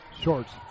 Shorts